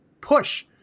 push